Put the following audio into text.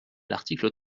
l’article